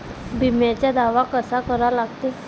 बिम्याचा दावा कसा करा लागते?